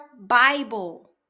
bible